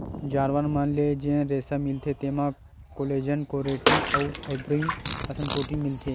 जानवर मन ले जेन रेसा मिलथे तेमा कोलेजन, केराटिन अउ फाइब्रोइन असन प्रोटीन मिलथे